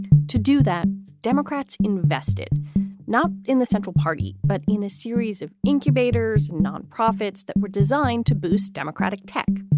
to do that? democrats invested now in the central party, but in a series of incubators, non-profits that were designed to boost democratic tech.